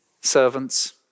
Servants